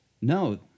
No